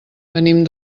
venim